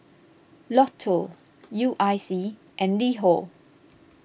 Lotto U I C and LiHo